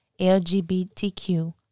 LGBTQ